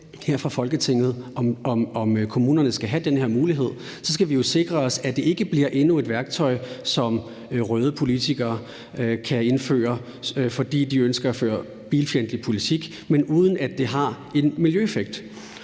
tage stilling til, om kommunerne skal have den her mulighed, så skal vi jo sikre os, at det ikke bliver endnu et værktøj, som røde politikere kan indføre, fordi de ønsker at føre bilfjendtlig politik, men uden at det har en miljøeffekt.